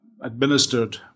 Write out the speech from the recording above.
administered